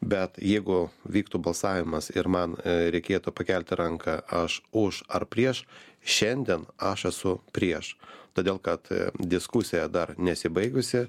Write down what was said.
bet jeigu vyktų balsavimas ir man reikėtų pakelti ranką aš už ar prieš šiandien aš esu prieš todėl kad diskusija dar nesibaigusi